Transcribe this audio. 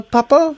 Papa